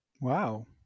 Wow